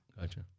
Gotcha